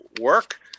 work